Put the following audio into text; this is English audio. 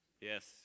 Yes